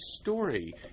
story